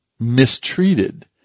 mistreated